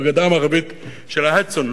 בגדה המערבית של ההדסון,